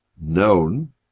known